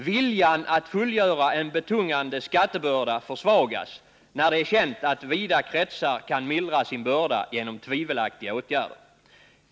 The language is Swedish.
Viljan att fullgöra en betungande skattebörda försvagas, när det är känt att vida kretsar kan mildra sin börda genom tvivelaktiga åtgärder.